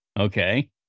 okay